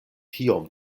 kiom